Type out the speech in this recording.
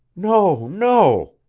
no, no,